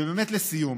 באמת לסיום,